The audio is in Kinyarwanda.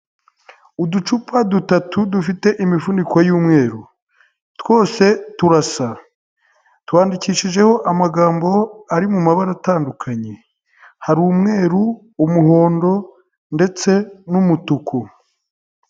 Uducupa dutatu dufite imifuniko y'umweru twose turasa twandikishijeho amagambo ari mu mabara atandukanye, hari umweru umuhondo ndetse n'umutuku.